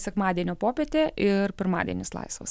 sekmadienio popietė ir pirmadienis laisvas